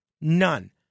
None